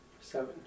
Seven